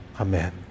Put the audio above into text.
Amen